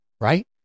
Right